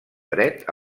dret